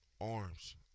Arms